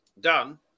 done